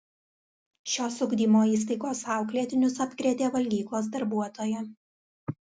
šios ugdymo įstaigos auklėtinius apkrėtė valgyklos darbuotoja